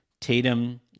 Tatum